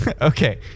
Okay